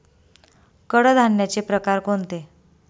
कडधान्याचे प्रकार कोणते?